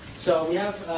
so we have,